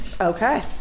Okay